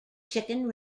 chicken